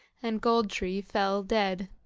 and gold-tree fell dead.